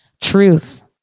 truth